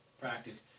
practice